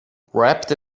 wrapped